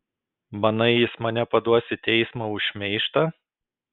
manai jis mane paduos į teismą už šmeižtą